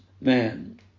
man